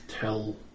Tell